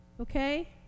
Okay